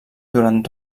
durant